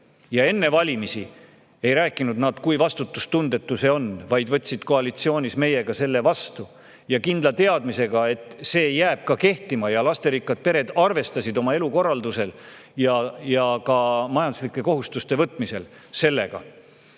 Ja enne valimisi ei rääkinud nad, kui vastutustundetu see on, vaid võtsid koalitsioonis meiega selle vastu kindla teadmisega, et see jääb ka kehtima, ja lasterikkad pered arvestasid oma elukorraldusel ja ka majanduslike kohustuste võtmisel sellega.